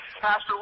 Pastor